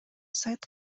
сайт